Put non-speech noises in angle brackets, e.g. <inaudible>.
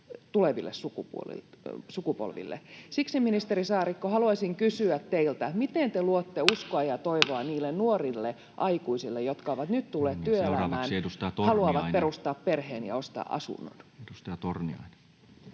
Siksi, ministeri Saarikko, haluaisin kysyä teiltä, <noise> miten te luotte uskoa ja toivoa niille nuorille aikuisille, jotka ovat nyt tulleet työelämään, haluavat perustaa perheen ja ostaa asunnon.